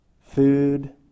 food